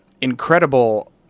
incredible